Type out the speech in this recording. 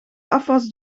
afwas